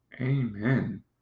Amen